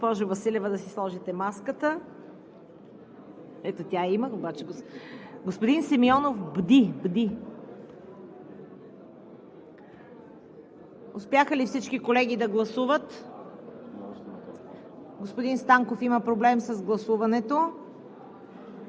Госпожо Василева, да си сложите маската. Тя има такава – господин Симеонов бди. Успяха ли всички колеги да гласуват? Господин Станков има проблем с гласуването.